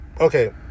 okay